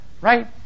right